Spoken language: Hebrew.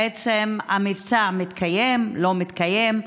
בעצם המבצע מתקיים, לא מתקיים?